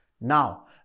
Now